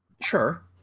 sure